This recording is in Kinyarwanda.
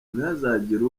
ntihazagire